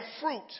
fruit